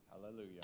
Hallelujah